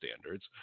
standards